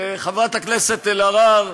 וחברת הכנסת אלהרר,